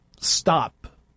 stop